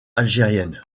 algérienne